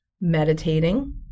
meditating